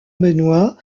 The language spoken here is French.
benoit